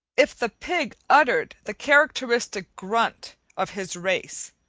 if the pig uttered the characteristic grunt of his race,